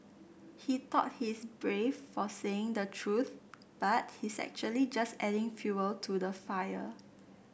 he thought he's brave for saying the truth but he's actually just adding fuel to the fire